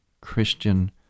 Christian